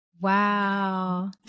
Wow